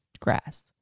grass